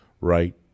right